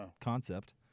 concept